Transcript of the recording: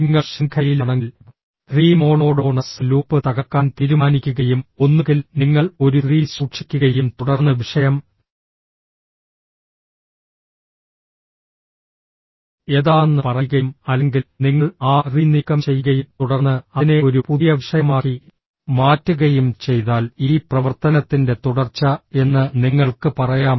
നിങ്ങൾ ശൃംഖലയിലാണെങ്കിൽ റീ മോണോടോണസ് ലൂപ്പ് തകർക്കാൻ തീരുമാനിക്കുകയും ഒന്നുകിൽ നിങ്ങൾ ഒരു റീ സൂക്ഷിക്കുകയും തുടർന്ന് വിഷയം എന്താണെന്ന് പറയുകയും അല്ലെങ്കിൽ നിങ്ങൾ ആ റീ നീക്കം ചെയ്യുകയും തുടർന്ന് അതിനെ ഒരു പുതിയ വിഷയമാക്കി മാറ്റുകയും ചെയ്താൽ ഈ പ്രവർത്തനത്തിന്റെ തുടർച്ച എന്ന് നിങ്ങൾക്ക് പറയാം